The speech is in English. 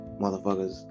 motherfuckers